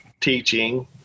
teaching